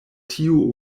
tiu